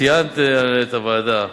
ציינת את הוועדה.